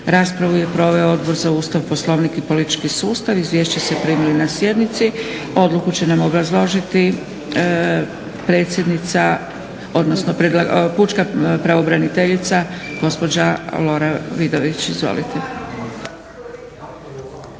Raspravu je proveo Odbor za Ustav, Poslovnik i politički sustav. Izvješće ste primili na sjednici. Odluku će nam obrazložiti predsjednica, odnosno Pučka pravobraniteljica gospođa Lora Vidović. Izvolite.